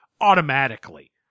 automatically